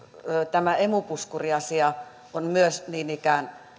tämä emu puskuriasia on niin ikään